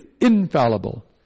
infallible